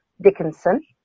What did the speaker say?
Dickinson